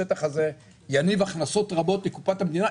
השטח הזה יניב הכנסות רבות לקופת המדינה,